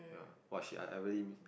ya !wah! shit I I really need